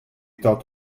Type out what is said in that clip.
taught